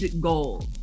goal